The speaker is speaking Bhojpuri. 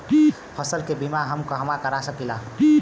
फसल के बिमा हम कहवा करा सकीला?